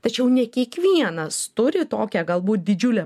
tačiau ne kiekvienas turi tokią galbūt didžiulę